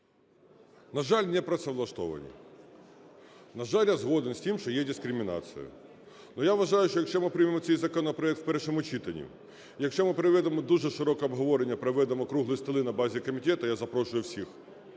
На жаль, не працевлаштовані. На жаль, я згоден з тим, що є дискримінація. Я вважаю, що, якщо ми приймемо цей законопроект в першому читанні, якщо ми проведемо дуже широке обговорення, проведемо круглі столи на базі комітету – я запрошую всіх